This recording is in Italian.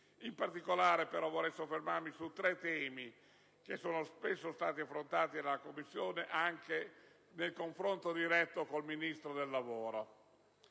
In particolare, però, vorrei soffermarmi su tre temi che sono stati spesso affrontati dalla Commissione, anche nel confronto diretto con il Ministro del lavoro.